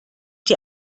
die